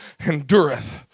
endureth